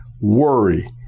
worry